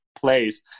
place